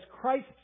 Christ